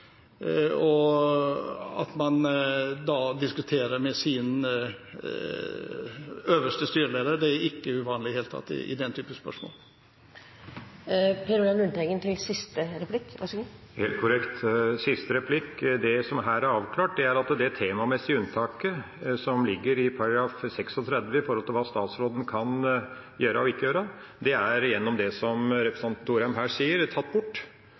aksjeloven. At man i den type spørsmål diskuterer med sin øverste styreleder, er ikke uvanlig i det hele tatt. Per Olaf Lundteigen – til siste replikk. Helt korrekt – siste replikk: Det som her er avklart, er at det temamessige unntaket som ligger i § 36 – om hva statsråden kan gjøre og ikke gjøre – er da, gjennom det som representanten Thorheim her sier, tatt bort.